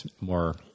more